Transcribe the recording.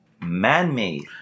man-made